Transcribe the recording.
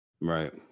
Right